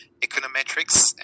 econometrics